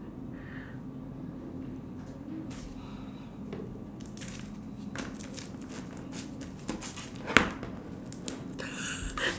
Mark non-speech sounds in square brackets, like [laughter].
[laughs]